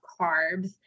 carbs